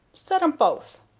set em both.